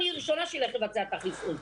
אני הראשונה שאלך לבצע את החיסון.